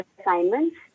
assignments